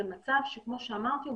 זה מצב שכמו שאמרתי,